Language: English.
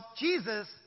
Jesus